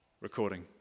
Recording